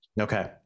Okay